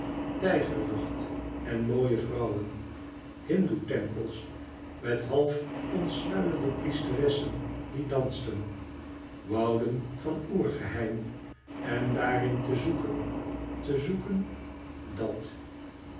tijgerjacht en mooie vrouwen hindoetempels met half ontsluierde priesteressen die dansten wouden van oer geheim en daarin te zoeken te zoeken dat